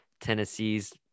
Tennessee's